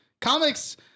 Comics